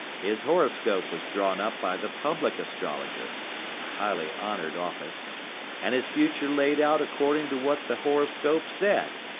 his horoscope was drawn up by the public astrologer a highly honored office and his future laid out according to what the horoscope said.